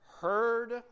heard